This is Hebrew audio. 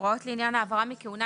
הוראות לעניין העברה מכהונה,